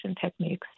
techniques